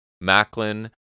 Macklin